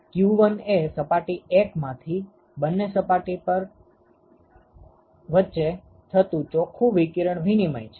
q1 એ સપાટી 1 માંથી બંને સપાટી વચ્ચે થતુ ચોખ્ખું વિકિરણ વિનિમય છે